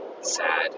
sad